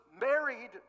married